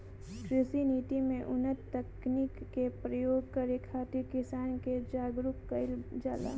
कृषि नीति में उन्नत तकनीकी के प्रयोग करे खातिर किसान के जागरूक कईल जाला